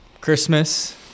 Christmas